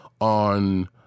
on